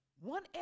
One